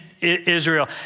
Israel